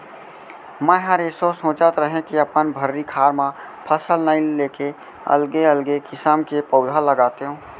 मैंहर एसो सोंचत रहें के अपन भर्री खार म फसल नइ लेके अलगे अलगे किसम के पउधा लगातेंव